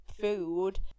food